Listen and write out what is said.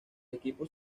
equipos